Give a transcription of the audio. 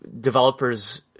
developers